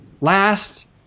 Last